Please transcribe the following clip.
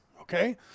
Okay